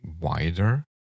wider